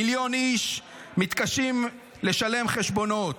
מיליון איש מתקשים לשלם חשבונות.